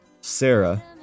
Sarah